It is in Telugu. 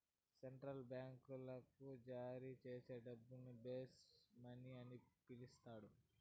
సెంట్రల్ బాంకీలు జారీచేసే డబ్బును బేస్ మనీ అని పిలస్తండారు